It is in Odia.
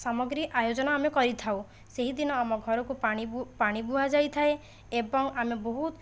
ସାମଗ୍ରୀ ଆୟୋଜନ ଆମେ କରିଥାଉ ସେହିଦିନ ଆମ ଘରକୁ ପାଣି ପାଣି ବୁହା ଯାଇଥାଏ ଏବଂ ଆମେ ବହୁତ